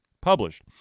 published